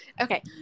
Okay